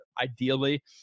ideally